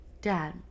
dad